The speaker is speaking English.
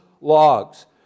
logs